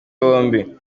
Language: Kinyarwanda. bombi